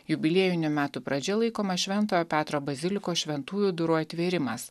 jubiliejinių metų pradžia laikoma šventojo petro bazilikos šventųjų durų atvėrimas